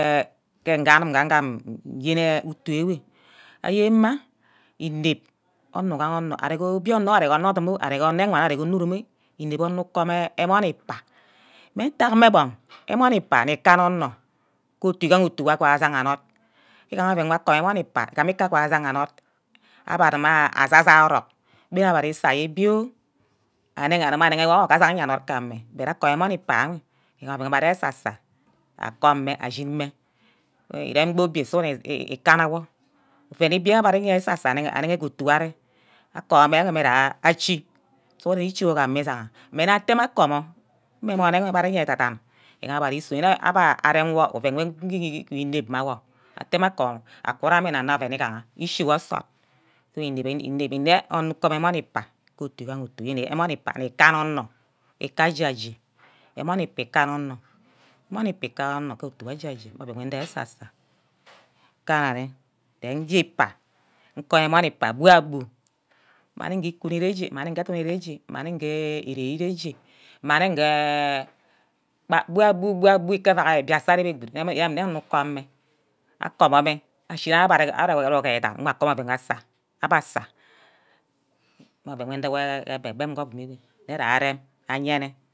Eh ke nge anim nge agam nyen utu ewe, ayenma inep-onor ugaha onor arear ke obinor, arear ke odum-odum oh, arear ke onorwana, arear ke onu-rum oh inep onor ukum emon ikpa, mme ntack mme gbong amon ikpa nnu-kana onor ke otu isaha otu wor agima ajagha anod, igohe oven wor nna akom emon ikpa, nge kubor ajaha anord abbe edume asasa orock gbe abe arear isa ayea ibio agama anigewor aje anord ga ame but akomo emon ikpa enwe iame oven wor abbe arear esa-sa akome ashin-mme, irem gbo obio sughuren ikena wor oven igbia abbe arear esa sa anege ke otu wor araer, atoi mme-ja achi sughuren ishi wor ka eme usuha, mmene atte mme akomor mme amon abbe arear edan-dan, irere agba ari sunw arem wor ovem wor gigi inep mma awor atte mme akoma akuna mme oven igaha ishiwor nsort so inepbi-nne onor ukomo emon igba ke otu igaha otu, omon ikpa nni kana onor, ika je aje, omon ikpa ikana onor, amon ikpa ikana onor ke otu wor aje-aje ndehe esa-sa, kana nne je nje ikpa nkom emon ikpa ghu abu mma nge ikun ire achi-mme nnge edono ire achi, mma nge ikem ire-achi-mma nnge edono ire achi, mma nge ikun ire-achi-mma nge bua gbua ke evaha biase aka ari good unen nne onor ukomme, akomo-mah eshi wor abbe arewor ke eda dan nga akomo oven wor abbe arege esa, aba asa mme oven nwe ndwor egbem-bem ke ovem go nne ja arem ayenne.